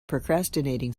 procrastinating